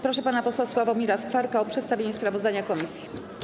Proszę pana posła Sławomira Skwarka o przedstawienie sprawozdania komisji.